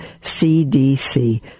CDC